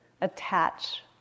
attach